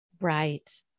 Right